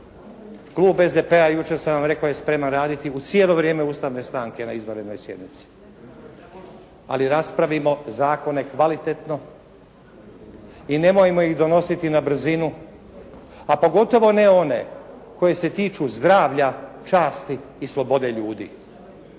Klub SDP-a, jučer sam vam rekao je spreman raditi u cijelo vrijeme ustavne stanke na izvanrednoj sjednici, ali raspravimo zakone kvalitetno i nemojmo ih donositi na brzinu, a pogotovo ne one koji se tiču zdravlja, časti i slobode ljudi.